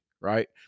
right